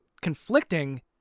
conflicting